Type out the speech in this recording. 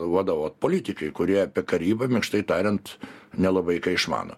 vadovaut politikai kurie apie karybą minkštai tariant nelabai ką išmano